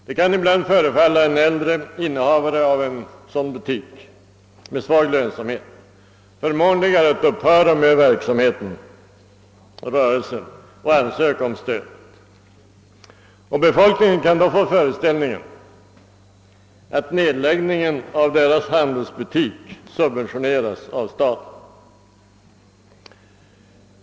Det kanske ibland förefaller en äldre innehavare av en sådan butik med svag lönsamhet förmånligare att upphöra med verksamheten och att ansöka om stöd. Befolkningen kan då få den föreställningen, att nedläggningen av deras handelsbutik subventioneras av staten.